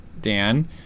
Dan